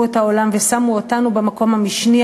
את העולם ושמו אותנו במקום המשני,